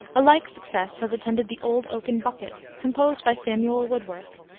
a like success has attended the old oaken bucket, composed by samuel woodworth,